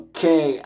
Okay